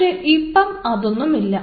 പക്ഷേ ഇപ്പം അതൊന്നുമില്ല